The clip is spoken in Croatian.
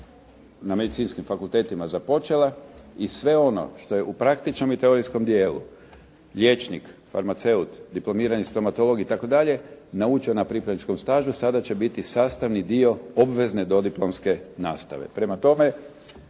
na medicinskim fakultetima započela. I sve ono što je u praktičnom i teorijskom dijelu, liječnik, farmaceut, diplomirani stomatolog itd., naučio na pripravničkom stažu sada će biti sastavni dio obvezne dodiplomske nastave. Prema tome,